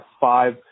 five